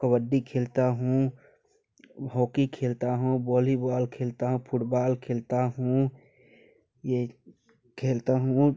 कबड्डी खेलता हूँ हॉकी खेलता हूँ वॉलीबॉल खेलता हूँ फुटबॉल खेलता हूँ यह खेलता हूँ